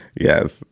yes